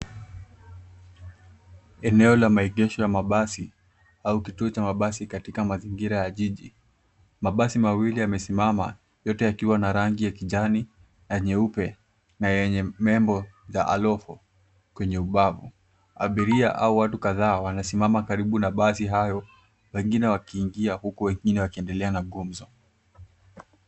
Eneo la maegesho ya mabasi au kituo cha mabasi katika mazingira ya jiji. Mabasi mawili yamesimama yote yakiwa na rangi ya kijani ya nyeupe na yenye nembo ya alopho kwenye ubavu. Abiria au watu kadhaa wanasimama karibu na basi hayo wengine wakiingia huko wengine wakiendelea na gumzo.